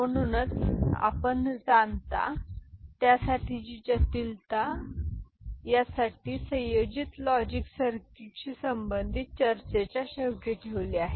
म्हणूनच आपण जाणता थोडेसे आपण पाहता त्यासाठीची जटिलता आपण त्यासाठी संयोजित लॉजिक सर्किटशी संबंधित चर्चेच्या शेवटी ठेवली आहे